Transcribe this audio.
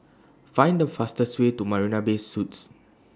Find The fastest Way to Marina Bay Suites